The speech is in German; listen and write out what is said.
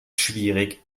schwierig